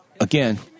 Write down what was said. again